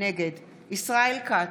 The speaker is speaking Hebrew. נגד ישראל כץ,